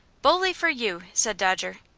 bully for you! said dodger.